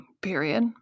period